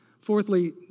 Fourthly